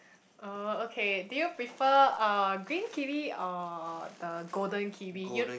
oh okay do you prefer uh green kiwi or the golden kiwi you